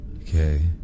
Okay